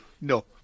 No